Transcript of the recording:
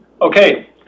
Okay